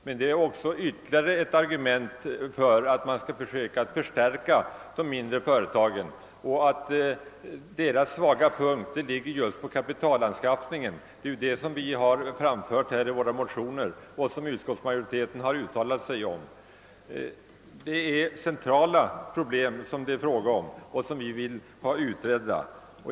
Men detta är ytterligare ett argument för att förstärka de mindre företagen. Deras svaga punkt ligger nämligen just i kapitalanskaffningen, och det är detta vi har framfört i våra motioner och som utskottsmajoriteten funnit väl motiverat. Det är således centrala problem som vi önskar få utredda.